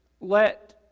let